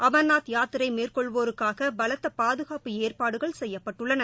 அமர்நாத் யாத்திரைமேற்கொள்வோருக்காகபலத்தபாதுகாப்பு ஏற்பாடுகள் செய்யப்பட்டுள்ளன